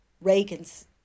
Reagan's